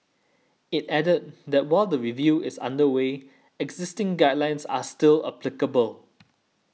it added that while the review is under way existing guidelines are still applicable